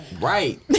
Right